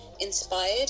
inspired